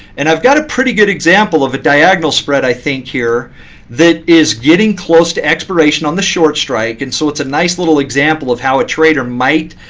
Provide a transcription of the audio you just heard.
and i've got a pretty good example of a diagonal spread, i think, here that is getting close to expiration on the short strike. and so it's a nice little example of how a trader might